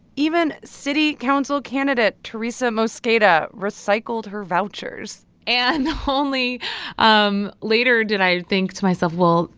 even city council candidate teresa mosqueda recycled her vouchers and only um later did i think to myself, well,